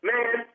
Man